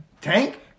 Tank